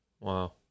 Wow